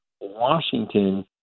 Washington